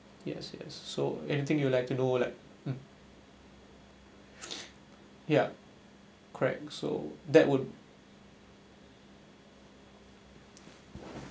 yes yes so anything you would like to know like ya correct so that would